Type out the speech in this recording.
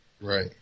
Right